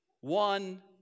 one